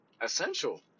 essential